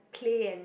play and